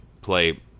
play